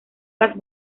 las